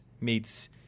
meets